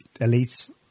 elites